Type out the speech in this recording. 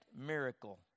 miracle